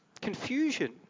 confusion